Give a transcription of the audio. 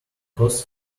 costs